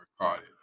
recorded